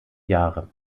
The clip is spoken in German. jahre